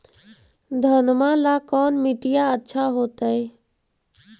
घनमा ला कौन मिट्टियां अच्छा होतई?